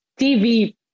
TV